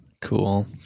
cool